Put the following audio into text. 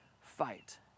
fight